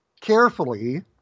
carefully